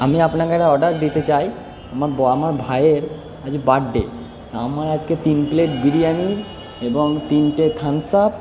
আমি আপনাকে একটা অর্ডার দিতে চাই আমার আমার ভাইয়ের আজ বার্থডে তা আমার আজকে তিন প্লেট বিরিয়ানি এবং তিনটে থাম্বস আপ